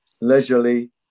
leisurely